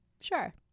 Sure